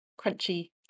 crunchy